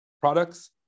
products